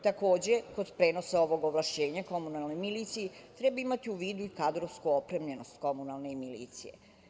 Takođe, kod prenosa ovog ovlašćenja komunalnoj miliciji treba imati u vidu i kadrovsku opremljenost komunalne milicije.